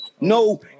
No